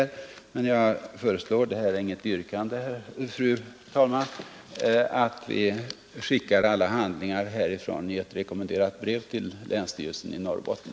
Men jag föreslår — detta är inget yrkande, fru talman — att vi skickar alla handlingar härifrån i ett rekommenderat brev till länsstyrelsen i Norrbotten.